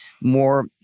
more